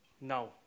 Now